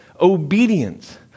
obedience